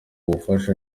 bufasha